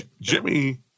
Jimmy